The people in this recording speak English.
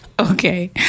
Okay